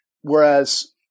Whereas